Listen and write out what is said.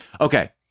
Okay